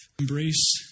embrace